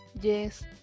Yes